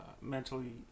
mentally